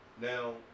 Now